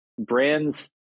brands